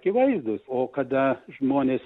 akivaizdūs o kada žmonės